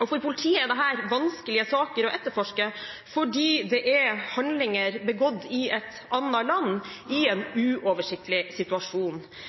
For politiet er dette vanskelige saker å etterforske, fordi det er handlinger begått i et annet land, i en uoversiktlig situasjon.